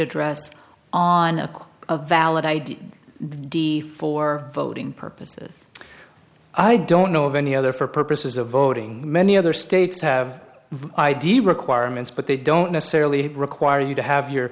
address on a valid id d for voting purposes i don't know of any other for purposes of voting many other states have idea requirements but they don't necessarily require you to have your